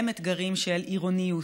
הם אתגרים של עירוניות.